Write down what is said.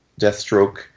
Deathstroke